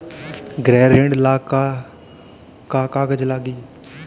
गृह ऋण ला का का कागज लागी?